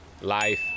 Life